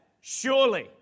Surely